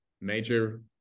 major